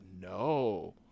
no